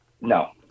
No